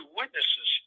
witnesses